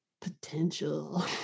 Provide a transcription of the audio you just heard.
potential